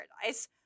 paradise